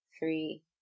three